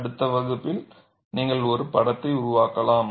அடுத்த வகுப்பில் நீங்கள் ஒரு படத்தை உருவாக்கலாம்